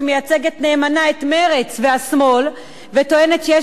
שמייצגת נאמנה את מרצ והשמאל וטוענת שיש